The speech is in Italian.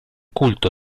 culto